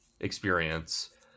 experience